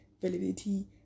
validity